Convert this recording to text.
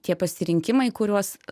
tie pasirinkimai kuriuos